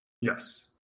Yes